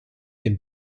dem